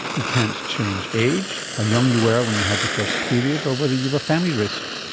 you can't change age, how young you were when you had your first period or whether you've a family risk.